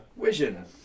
vision